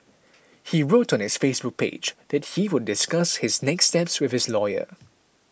he wrote on his Facebook page that he will discuss his next steps with his lawyer